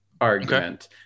argument